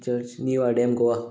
church नीव वाडेंम गोवा